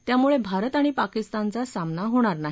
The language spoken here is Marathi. त्यामुळे भारत आणि पाकिस्तानचा सामना होणार नाही